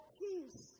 peace